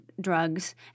drugs